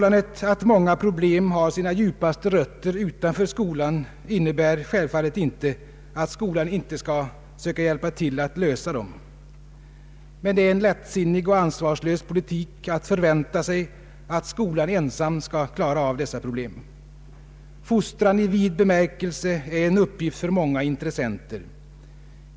Att många problem har sina djupaste rötter utanför själva skolan innebär självfallet inte att skolan inte skall söka hjälpa till med att lösa dem, men är en lättsinnig och ansvarslös politik att förvänta sig att skolan ensam skall kunna klara av dessa problem. Fostran i vid bemärkelse är en uppgift för många intressenter.